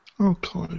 Okay